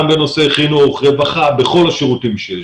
גם בנושא חינוך, רווחה, בכל השירותים שיש.